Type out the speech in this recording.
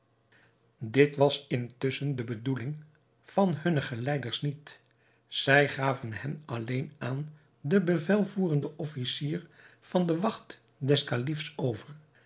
dit was intusschen de bedoeling van hunne geleiders niet zij gaven hen alleen aan den bevelvoerenden officier van de wacht des kalifs over